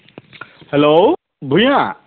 hello Bhuyan